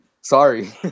sorry